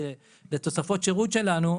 לתוספות שירות שלנו,